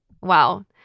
wow